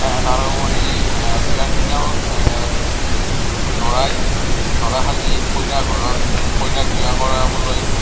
তাৰোপৰি বিয়াৰ দিনা দৰাই দৰা সাঁজি কইনাৰ ঘৰত কইনাক বিয়া কৰাবলৈ